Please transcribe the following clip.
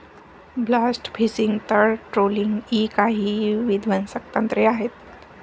blast fishing, तळ trawling इ काही विध्वंसक तंत्रे आहेत